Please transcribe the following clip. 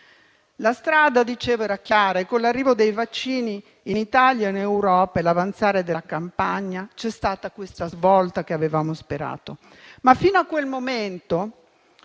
La strada - come dicevo - era chiara e con l'arrivo dei vaccini in Italia e in Europa e l'avanzare della campagna c'è stata la svolta che avevamo sperato. Tuttavia, fino a quel momento